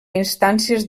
instàncies